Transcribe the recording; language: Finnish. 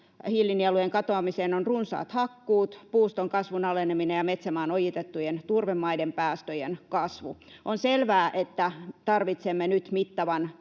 hiilinielujen katoamiseen ovat runsaat hakkuut, puuston kasvun aleneminen ja metsämaan ojitettujen turvemaiden päästöjen kasvu. On selvää, että tarvitsemme nyt mittavan